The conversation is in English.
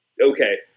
Okay